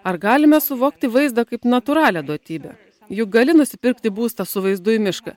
ar galime suvokti vaizdą kaip natūralią duotybę juk gali nusipirkti būstą su vaizdu į mišką